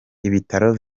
ibitaro